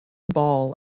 ball